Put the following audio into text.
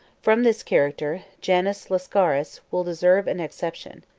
from this character, janus lascaris will deserve an exception.